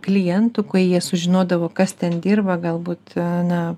klientų kai jie sužinodavo kas ten dirba galbūt na